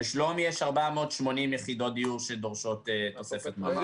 בשלומי יש 480 יחידות דיור שדורשות תוספת ממ"ד.